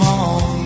on